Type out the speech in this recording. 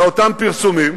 מאותם פרסומים,